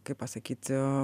kaip pasakyti